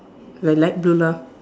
l~ light blue lah